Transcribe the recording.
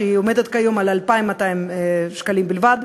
שעומדת כיום על 2,200 שקלים בלבד,